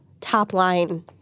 top-line